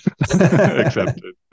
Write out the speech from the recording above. accepted